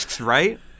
right